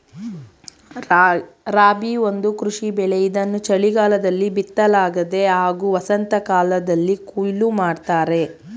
ರಾಬಿ ಒಂದು ಕೃಷಿ ಬೆಳೆ ಇದನ್ನು ಚಳಿಗಾಲದಲ್ಲಿ ಬಿತ್ತಲಾಗ್ತದೆ ಹಾಗೂ ವಸಂತಕಾಲ್ದಲ್ಲಿ ಕೊಯ್ಲು ಮಾಡ್ತರೆ